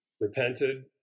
repented